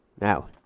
Now